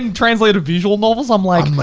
um translated visual novels. i'm like,